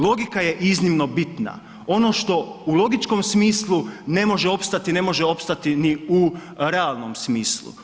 Logika je iznimno bitna, ono što u logičkom smislu ne može opstati ne može opstati ni u realnom smislu.